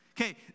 Okay